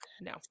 no